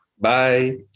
Bye